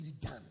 done